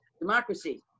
Democracy